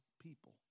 people